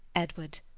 edward,